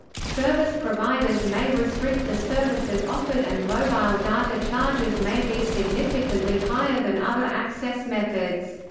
service providers may restrict the services offered and mobile data charges may be significantly higher than other access methods.